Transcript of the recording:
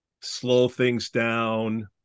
slow-things-down